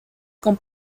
con